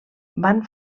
van